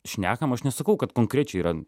šnekam aš nesakau kad konkrečiai yra